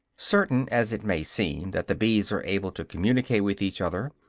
certain as it may seem that the bees are able to communicate with each other,